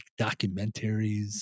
documentaries